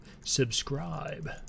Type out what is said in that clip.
subscribe